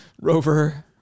rover